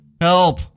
help